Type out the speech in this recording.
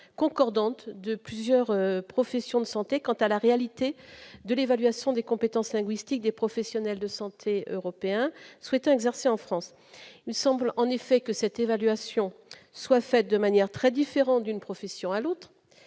concordantes de plusieurs professions de santé quant à la réalité de l'évaluation des compétences linguistiques des professionnels de santé européens souhaitant exercer en France, il semble en effet que cette évaluation soit faite de manière très différent d'une profession à l'autre